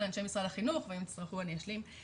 לאנשי משרד החינוך ואם יצטרכו אני אשלים.